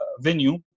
venue